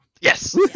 yes